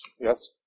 yes